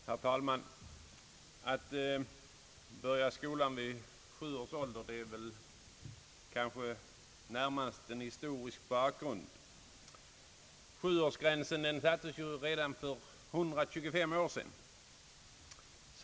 Herr talman! Att man börjar skolan vid sju års ålder har närmast en historisk förklaring. Sjuårsgränsen sattes redan för 125 år sedan.